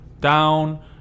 Down